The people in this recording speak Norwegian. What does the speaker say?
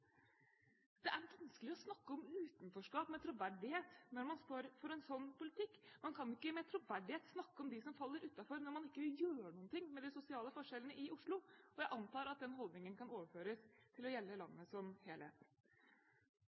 Det er vanskelig å snakke om utenforskap med troverdighet når man står for en sånn politikk. Man kan ikke med troverdighet snakke om dem som faller utenfor, når man ikke vil gjøre noe med de sosiale forskjellene i Oslo – og jeg antar at den holdningen kan overføres til å gjelde landet som helhet.